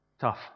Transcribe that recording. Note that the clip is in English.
Tough